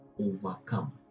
overcome